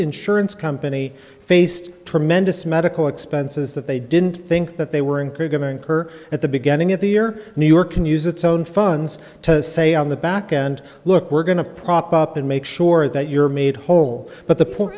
insurance company faced tremendous medical expenses that they didn't think that they were encouraged to incur at the beginning of the year new york can use its own funds to say on the backend look we're going to prop up and make sure that you're made whole but the po